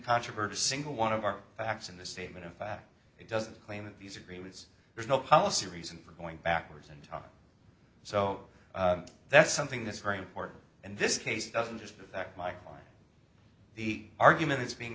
controvert a single one of our acts in the statement of fact it doesn't claim that these agreements there's no policy reason for going backwards in time so that's something that's very important in this case it doesn't just affect my client the argument is being